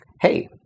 hey